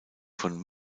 von